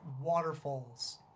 waterfalls